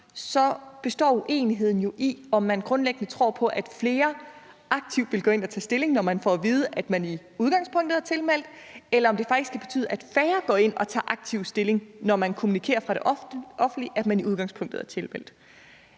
Så består uenigheden jo i, om man grundlæggende tror på, at flere aktivt vil gå ind og tage stilling, når de får at vide, at de i udgangspunktet er tilmeldt, eller om det faktisk kan betyde, at færre går ind og tager aktivt stilling, når man kommunikerer fra det offentlige, at de i udgangspunktet er tilmeldt.